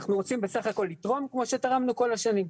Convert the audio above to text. אנחנו בסך-הכול רוצים לתרום כמו שתרמנו כל השנים.